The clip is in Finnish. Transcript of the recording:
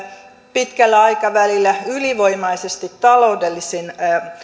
pitkällä aikavälillä ylivoimaisesti taloudellisin